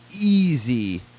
easy